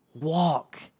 walk